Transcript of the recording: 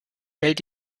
hält